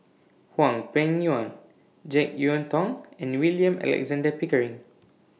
Hwang Peng Yuan Jek Yeun Thong and William Alexander Pickering